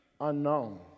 unknown